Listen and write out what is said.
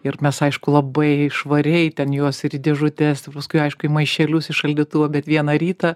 ir mes aišku labai švariai ten juos ir į dėžutes ir paskui aišku maišelius į šaldytuvą bet vieną rytą